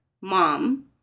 Mom